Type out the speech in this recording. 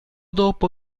dopo